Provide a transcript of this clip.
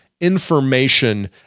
information